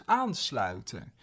aansluiten